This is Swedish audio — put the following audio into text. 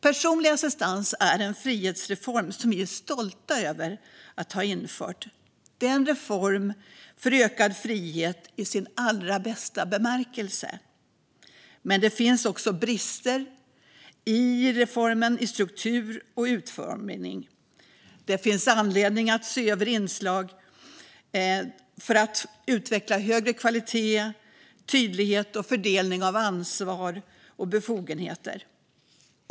Personlig assistans är en frihetsreform som vi är stolta över att ha infört. Det är en reform för ökad frihet i sin allra bästa bemärkelse. Men det finns också brister med denna reform i struktur och utformning. Det finns anledning att se över inslag i reformen för att utveckla högre kvalitet, tydlighet och fördelning av ansvar och befogenheter.